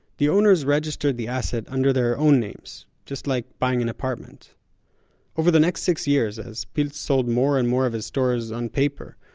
the owners registered the asset under their own names, just like buying an apartment over the next six years, as pilz sold more and more of his stores on paper,